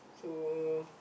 so